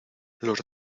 los